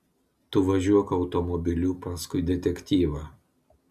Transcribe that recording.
tu važiuok automobiliu paskui detektyvą